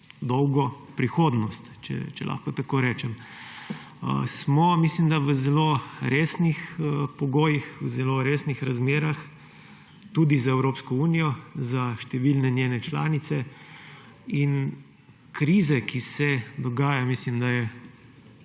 dolgo prihodnost, če lahko tako rečem. Mislim, da smo v zelo resnih pogojih, zelo resnih razmerah tudi za Evropsko unijo, za številne njene članice. Krize, ki se dogajajo – mislim, da je